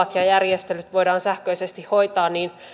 erikoispoikkeusluvat ja järjestelyt voidaan sähköisesti hoitaa niin